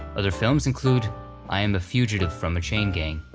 other films include i am a fugitive from a chain gang,